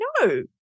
no